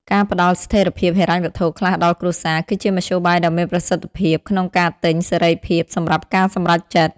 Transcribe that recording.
ការផ្តល់ "ស្ថិរភាពហិរញ្ញវត្ថុ" ខ្លះដល់គ្រួសារ គឺជាមធ្យោបាយដ៏មានប្រសិទ្ធភាពក្នុងការទិញ "សេរីភាព" សម្រាប់ការសម្រេចចិត្ត។